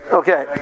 okay